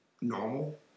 normal